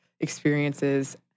experiences